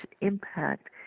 impact